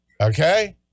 Okay